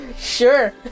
sure